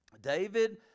David